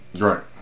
right